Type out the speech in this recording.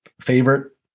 favorite